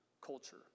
culture